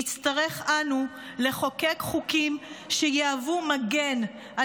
נצטרך אנו לחוקק חוקים שיהוו מגן על